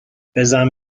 بزن